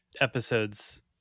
episodes